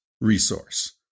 resource